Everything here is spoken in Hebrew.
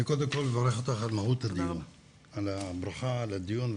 אני קודם כל מברך אותך על המהות של הדיון,